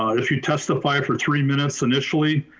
ah if you testify for three minutes initially,